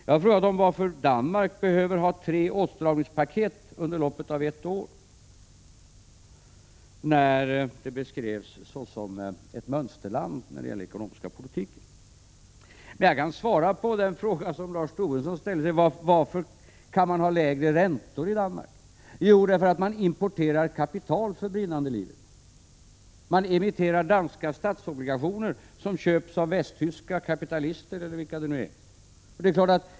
Jag har frågat varför Danmark behöver tre åtstramningspaket under loppet av ett år, när landet beskrevs som ett mönsterland när det gäller den ekonomiska politiken. Jag kan svara på Lars Tobissons fråga om varför man kan ha lägre räntor i Danmark. Det kan man ha därför att man importerar kapital för brinnande livet. Man emitterar danska statsobligationer som köps av västtyska kapitalister, eller vilka det nu är.